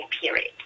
period